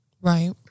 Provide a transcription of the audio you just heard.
Right